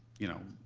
you know,